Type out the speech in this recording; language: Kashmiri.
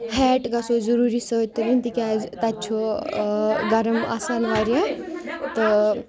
ہیٹ گژھو أسۍ ضروٗری سۭتۍ تُلٕنۍ تِکیازِ تَتہِ چھُ ٲں گَرم آسان واریاہ تہٕ